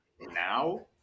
now